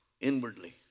inwardly